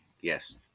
Yes